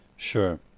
Sure